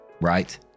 right